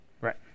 Right